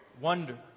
wonder